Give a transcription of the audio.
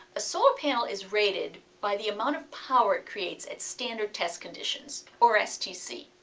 a solar panel is rated by the amount of power it creates at standard test conditions, or stc.